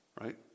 right